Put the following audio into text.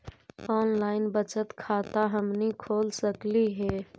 Online बचत खाता हमनी खोल सकली हे?